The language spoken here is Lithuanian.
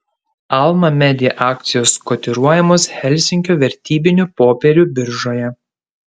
alma media akcijos kotiruojamos helsinkio vertybinių popierių biržoje